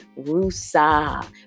Rusa